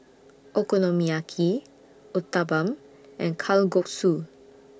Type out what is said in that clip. Okonomiyaki Uthapam and Kalguksu